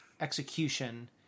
execution